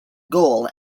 goal